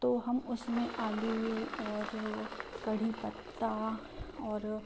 तो हम उसमें आलू और कढ़ी पत्ता और